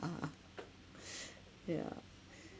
yeah